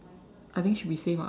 I think should be same ah